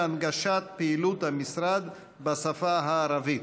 הנגשת פעילות המשרד בשפה הערבית.